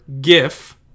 GIF